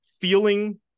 feeling